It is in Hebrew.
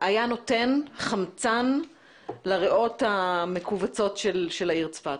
היה נותן חמצן לריאות המכווצות של העיר צפת.